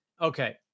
okay